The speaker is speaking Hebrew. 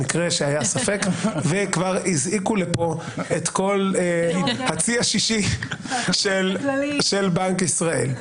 למקרה שהיה ספק וכבר הזעיקו לכאן את כל הצי השישי של בנק ישראל.